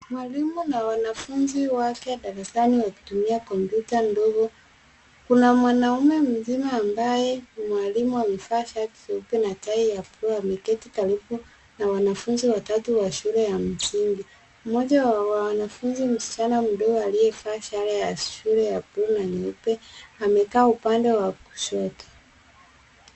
Mwalimu na wanafunzi wake darasani wakitumia kompyuta ndogo. Kuna mwanaume mwingine ambaye ni mwalimu amevaa shati nyeupe na tai ya buluu ameketi karibu na wanafunzi watatu wa shule ya msingi. Mmoja wa wanafunzi msichana mdogo aliyevaa sare ya shule ya buluu na nyeupe amekaa upande wa kushoto.